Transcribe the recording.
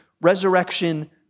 resurrection